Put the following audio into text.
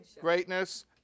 greatness